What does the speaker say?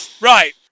right